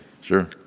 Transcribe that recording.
sure